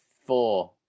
Four